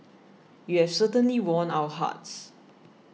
you've certainly won our hearts